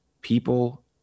people